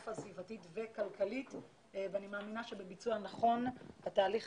קטסטרופה סביבתית וכלכלית ואני מאמינה שבביצוע נכון התהליך